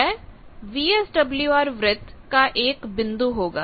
वह वीएसडब्ल्यूआर वृत्त का एक बिंदु होगा